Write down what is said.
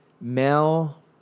Mel